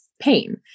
pain